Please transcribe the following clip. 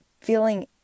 feeling